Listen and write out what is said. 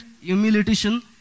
humiliation